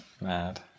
mad